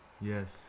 Yes